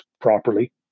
properly